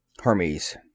Hermes